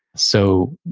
so,